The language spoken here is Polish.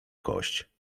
kość